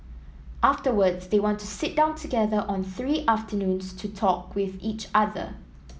afterwards they want to sit down together on three afternoons to talk with each other